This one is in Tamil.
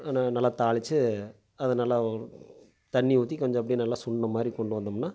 ஆனால் நல்லா தாளித்து அதை நல்லா தண்ணி ஊற்றி கொஞ்சம் அப்டியே நல்லா சுண்டின மாதிரி கொண்டு வந்தோம்னா